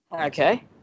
Okay